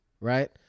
Right